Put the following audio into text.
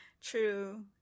True